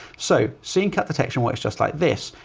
so scene cut detection works just like this,